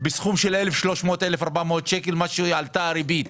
בסכום של 1,300-1,400 שקלים מה שעלתה הריבית.